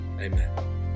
Amen